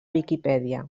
viquipèdia